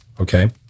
Okay